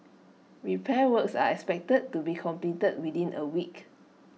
repair works are expected to be completed within A week